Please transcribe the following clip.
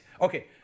Okay